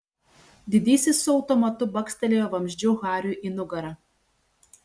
didysis su automatu bakstelėjo vamzdžiu hariui į nugarą